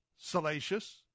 salacious